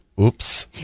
oops